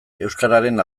euskararen